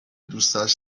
دوستش